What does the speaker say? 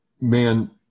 man